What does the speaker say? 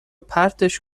پرتش